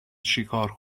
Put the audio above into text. چیکار